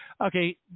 Okay